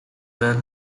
well